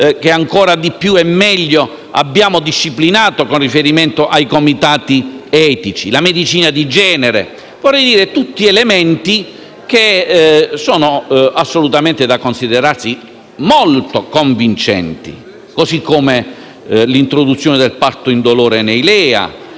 che ancora di più e meglio abbiamo disciplinato con riferimento ai comitati etici, la medicina di genere sono tutti elementi che sono assolutamente da considerarsi molto convincenti. Così come l'introduzione del parto indolore nei